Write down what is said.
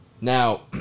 Now